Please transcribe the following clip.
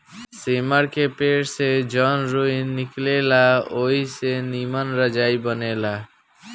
सेमर के पेड़ से जवन रूई निकलेला ओई से निमन रजाई बनेला